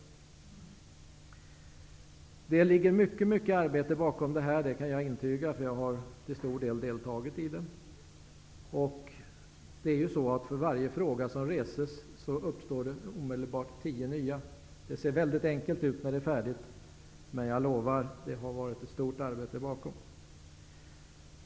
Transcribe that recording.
Jag kan intyga att det ligger mycket arbete bakom det här, eftersom jag till stor del har deltagit i detta arbete. För varje fråga som reses uppstår ju omedelbart tio nya. Det ser mycket enkelt ut när det är färdigt, men jag försäkrar att det ligger ett stort arbete där bakom.